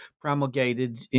promulgated